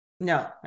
No